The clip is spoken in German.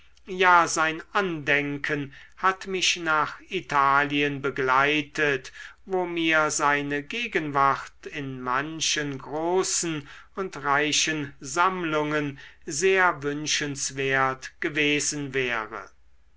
ja sein andenken hat mich nach italien begleitet wo mir seine gegenwart in manchen großen und reichen sammlungen sehr wünschenswert gewesen wäre